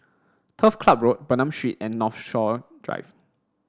Turf Club Road Bernam Street and Northshore Drive